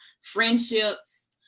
friendships